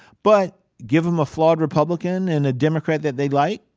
but give em a flawed republican, and a democrat that they like,